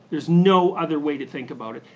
there's no other way to think about it.